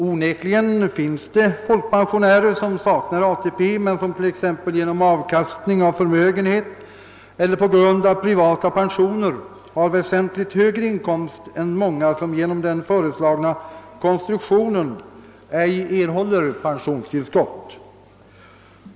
Onekligen finns det folkpensionärer som saknar ATP men som t.ex. genom avkastning av förmögenhet eller på grund av privata pensioner har väsentligt högre inkomst än många som genom den föreslagna konstruktionen ej erhåller pensionstillskott.